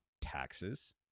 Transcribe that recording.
taxes